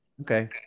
Okay